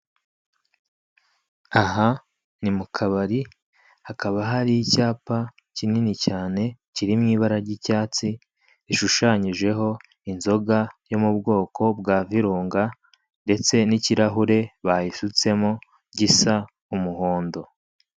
Aha ni mu kabari hakaba hari icyapa kinini cyane kiri mu ibara ry'icyatsi gishushanyijeho inzoga yo mu bwoko bwa virunga ndetse n'ikirahure bayisutsemo gisa umuhondo.